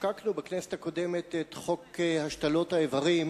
כשחוקקנו בכנסת הקודמת את חוק השתלות האיברים,